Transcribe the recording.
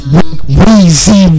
Weezy